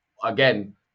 Again